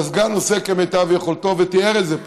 והסגן עושה כמיטב יכולתו ותיאר את זה פה,